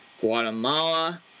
Guatemala